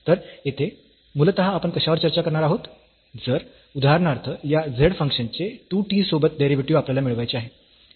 तर येथे मूलतः आपण कशावर चर्चा करणार आहोत जर उदाहरणार्थ या z फंक्शन चे 2 t सोबत डेरिव्हेटिव्ह आपल्याला मिळवायचे आहे